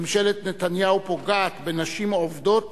ממשלת נתניהו פוגעת בנשים העובדות